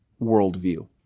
worldview